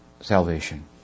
salvation